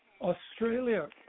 Australia